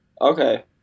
Okay